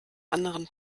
anderen